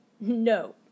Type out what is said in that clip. No